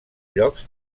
llocs